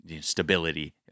stability